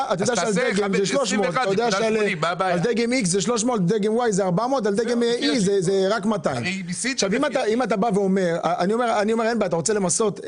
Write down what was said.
ובדגם אחר זה 400. אני אומר שאם אתה רוצה למסות,